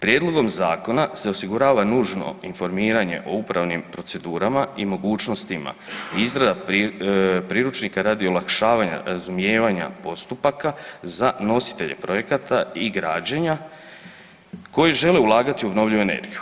Prijedlogom zakona se osigurava nužno informiranje o upravnim procedurama i mogućnostima izrade priručnika radi olakšavanja razumijevanja postupaka za nositelje projekata i građenja, koji žele ulagati u obnovljivu energiju.